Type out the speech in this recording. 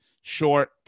short